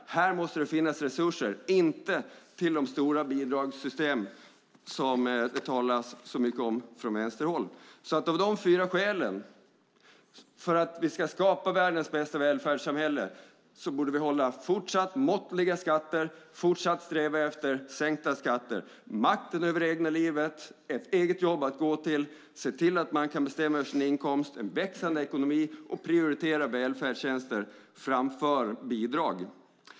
Här måste det finnas resurser, inte till de stora bidragssystem som det talas så mycket om från vänsterhåll. Av de fyra skälen, för att vi ska skapa världens bästa välfärdssamhälle, borde vi hålla fortsatt måttliga skatter, fortsatt sträva efter sänkta skatter, makten över det egna livet, ett eget jobb att gå till, se till att man kan bestämma över sin inkomst, ha en växande ekonomi och prioritera välfärdstjänster framför bidrag.